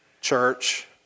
church